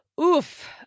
oof